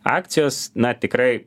akcijos na tikrai